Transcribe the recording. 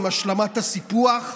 עם השלמת הסיפוח,